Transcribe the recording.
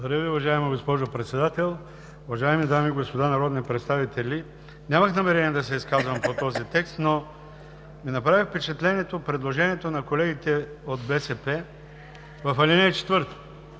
Благодаря, госпожо Председател. Уважаеми дами и господа народни представители! Нямах намерение да се изказвам по този текст, но ми направи впечатление предложението на колегите от БСП в ал. 4: